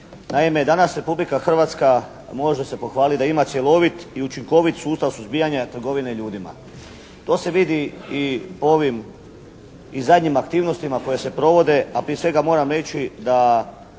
naime danas Republika Hrvatska može se pohvaliti da ima cjelovit i učinkovit sustav suzbijanja trgovine ljudima. To se vidi i po ovim i zadnjim aktivnostima koje se provode, a prije svega moram reći da